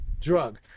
drug